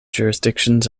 jurisdictions